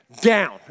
down